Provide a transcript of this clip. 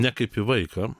ne kaip į vaiką